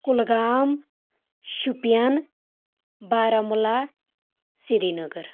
Kulgam Shopian Baramulla Srinagar